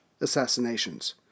assassinations